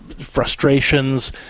frustrations